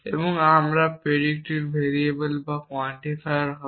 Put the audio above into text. এবং আমরা predicate variable এবং quantifier হবে